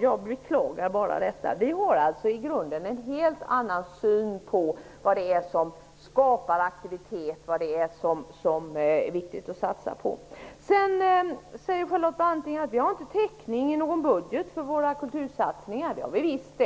Jag beklagar detta. Vi har alltså i grunden en helt annan syn på vad som skapar aktivitet och vad det är viktigt att satsa på. Charlotte Branting säger att vi inte någon täckning i någon budget för våra kultursatsningar. Det har vi visst.